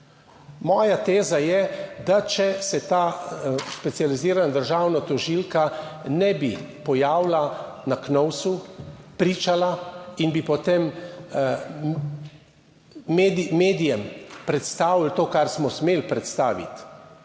Moja teza je, da če se ta specializirana državna tožilka ne bi pojavila na KNOVS, pričala in bi potem medijem predstavili to, kar smo smeli predstaviti,